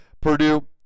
Purdue